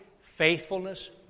faithfulness